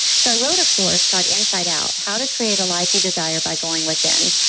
so i wrote a course called inside out how to create a life you desire by going within.